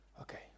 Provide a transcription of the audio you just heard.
Okay